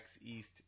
East